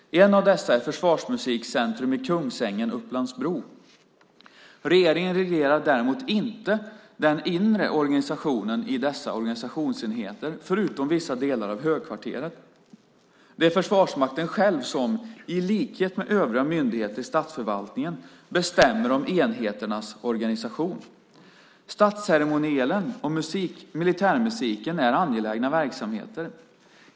En av dessa är Försvarsmusikcentrum i Kungsängen/Upplands-Bro. Regeringen reglerar däremot inte den inre organisationen i dessa organisationsenheter, förutom vissa delar av Högkvarteret. Det är Försvarsmakten själv som, i likhet med övriga myndigheter i statsförvaltningen, bestämmer om enheternas organisation. Statsceremonielen och militärmusiken är angelägna verksamheter.